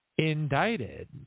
Indicted